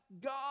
God